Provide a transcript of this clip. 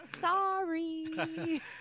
Sorry